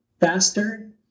faster